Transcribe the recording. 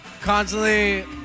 constantly